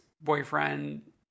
boyfriend